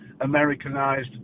Americanized